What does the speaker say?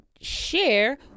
share